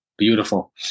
beautiful